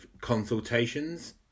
consultations